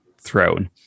throne